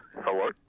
hello